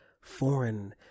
foreign